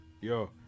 Yo